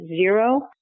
zero